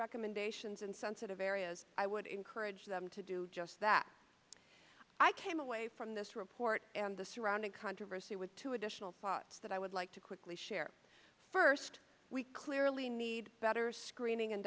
recommendations in sensitive areas i would encourage them to do just that i came away from this report and the surrounding controversy with two additional thoughts that i would like to quickly share first we clearly need better screening and